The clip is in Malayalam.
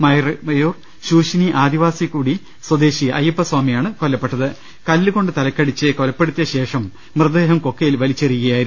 മറയൂർ ശൂശിനി ആദിവാസികുടി സ്വദേശി അയ്യപ്പസ്വാമിയാണ് കൊല്ലപ്പെട്ടത് കല്ലുകൊണ്ട് തലയ്ക്കടിച്ച് കൊലപ്പെടുത്തിയ ശേഷം മൃതദേഹം കൊക്കയിൽ വലിച്ചെറിയുക യായിരുന്നു